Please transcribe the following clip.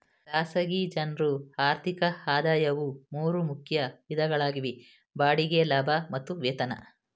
ಖಾಸಗಿ ಜನ್ರು ಆರ್ಥಿಕ ಆದಾಯವು ಮೂರು ಮುಖ್ಯ ವಿಧಗಳಾಗಿವೆ ಬಾಡಿಗೆ ಲಾಭ ಮತ್ತು ವೇತನ